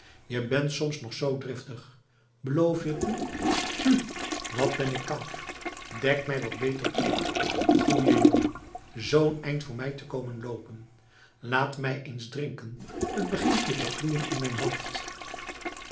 blijven je bent soms nog zoo driftig beloof je t me hu wat ben ik koud dek mij wat beter toe goeie jongen zoo'n eind voor mij te komen loopen laat mij eens drinken t begint weer te gloeien in mijn hoofd